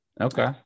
Okay